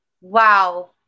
Wow